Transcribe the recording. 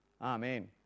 Amen